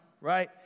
right